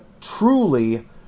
truly